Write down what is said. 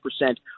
percent